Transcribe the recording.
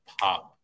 pop